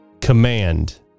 Command